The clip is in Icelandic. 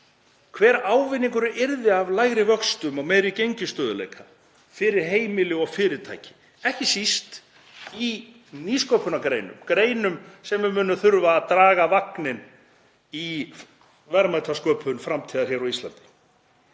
hver ávinningurinn yrði af lægri vöxtum og meiri gengisstöðugleika fyrir heimili og fyrirtæki, ekki síst í nýsköpun og greinum sem munu þurfa að draga vagninn í verðmætasköpun framtíðar hér á Íslandi.